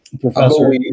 Professor